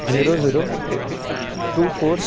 zero zero two four